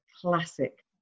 classic